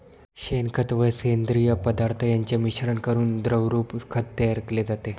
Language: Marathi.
शेणखत व सेंद्रिय पदार्थ यांचे मिश्रण करून द्रवरूप खत तयार केले जाते